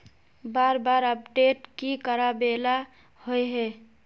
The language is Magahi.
बार बार अपडेट की कराबेला होय है?